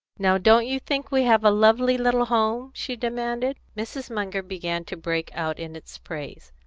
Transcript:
now don't you think we have a lovely little home? she demanded. mrs. munger began to break out in its praise,